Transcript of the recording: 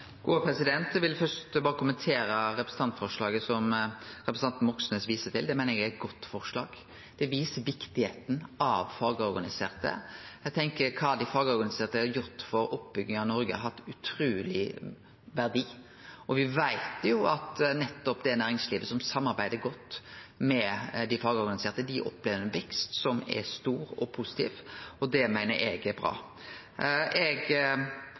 Eg vil først berre kommentere representantforslaget som representanten Moxnes viser til. Eg meiner det er eit godt forslag. Det viser kor viktig det er med fagorganiserte. Eg tenkjer at det dei fagorganiserte har gjort for oppbygginga av Noreg, har ein utruleg verdi, og me veit at nettopp det næringslivet som samarbeider godt med dei fagorganiserte, opplever ein stor og positiv vekst. Det meiner eg er bra. Eg